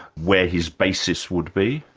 where his basis would be?